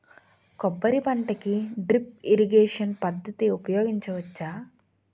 కొబ్బరి పంట కి డ్రిప్ ఇరిగేషన్ పద్ధతి ఉపయగించవచ్చా?